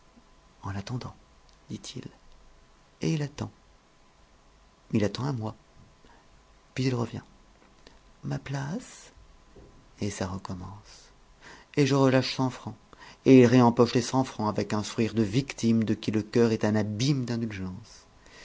en attendant dit-il et il attend il attend un mois puis revient ma place et ça recommence et je relâche cent francs et il réempoche les cent francs avec un sourire de victime de qui le cœur est un abîme d'indulgence